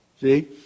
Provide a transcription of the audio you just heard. See